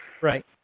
Right